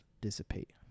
dissipate